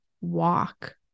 walk